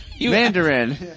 Mandarin